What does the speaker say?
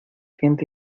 gente